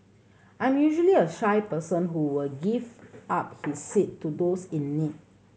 I'm usually a shy person who will give up his seat to those in need